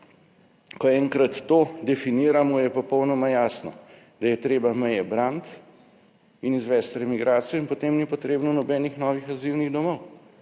Ko enkrat to definiramo, je popolnoma jasno, da je treba meje braniti in izvesti remigracijo in potem ni potrebno nobenih novih azilnih domov.